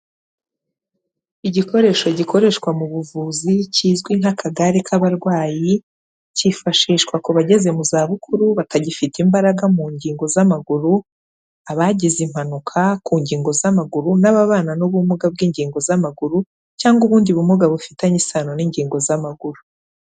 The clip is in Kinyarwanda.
Igikoresho gikoreshwa mu buvuzi kizwi nk'akagare k'abarwayi, cyifashishwa ku bageze mu zabukuru batagifite imbaraga mu ngingo z'amaguru, abagize impanuka ku ngingo z'amaguru n'ababana n'ubumuga bw'ingingo z'amaguru cyangwa ubundi bumuga bufitanye isano n'ingingo z'amaguru.